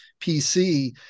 pc